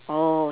oh